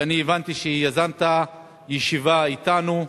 שאני הבנתי שיזמת ישיבה אתנו,